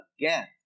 Again